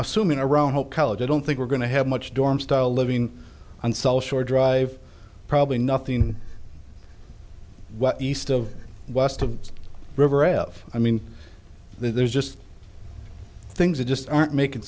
assuming around whole college i don't think we're going to have much dorm style living on cell shore drive probably nothing east of west of river of i mean there's just things that just aren't making